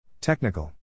Technical